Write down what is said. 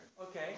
okay